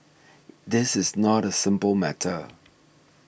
this is not a simple matter